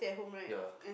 ya